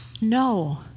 no